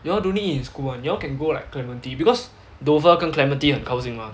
you all don't need eat in school [one] you all can go like clementi because dover 跟 clementi 很靠近吗